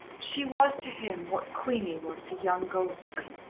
she was to him what queenie was to young goldstein.